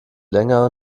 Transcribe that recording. länger